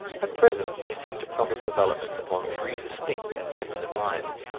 at present they seem to promise developments upon three distinct and definite lines.